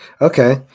Okay